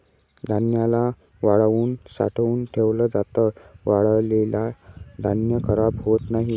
धान्याला वाळवून साठवून ठेवल जात, वाळलेल धान्य खराब होत नाही